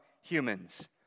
humans